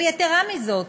אבל יתרה מזאת,